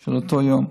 של אותו יום,